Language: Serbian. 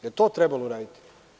Je li to trebalo uraditi?